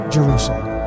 Jerusalem